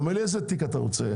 איזה תיק אתה רוצה?